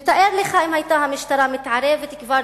ותאר לך אם היתה המשטרה מתערבת כבר